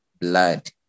blood